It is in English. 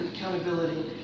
Accountability